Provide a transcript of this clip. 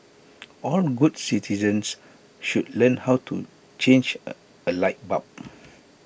all good citizens should learn how to change A light bulb